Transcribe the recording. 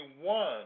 one